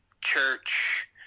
church